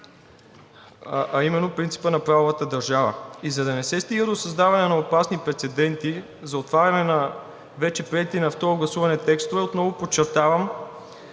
а именно принципа на правовата държава. И за да не се стига до създаване на опасни прецеденти за отваряне на вече приети на второ гласуване текстове, отново подчертавам,